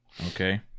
Okay